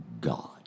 God